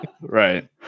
Right